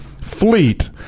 fleet